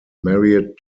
married